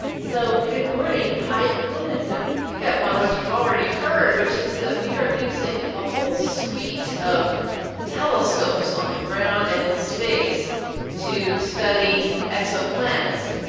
so, good morning. i wanted to pick up on what you've already heard, which is that we are using a whole suite of telescopes on the ground and in space to study exoplanets,